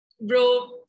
bro